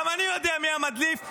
גם אני יודע מי המדליף,